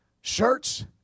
shirts